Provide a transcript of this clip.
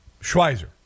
Schweizer